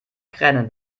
kränen